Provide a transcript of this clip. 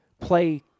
play